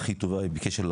בסיטואציה הנוכחית,